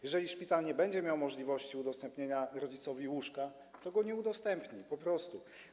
Jeżeli szpital nie będzie miał możliwości udostępnienia rodzicowi łóżka, to go nie udostępni, po prostu.